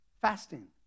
Fasting